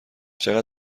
چقدم